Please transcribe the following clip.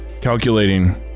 Calculating